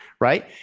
Right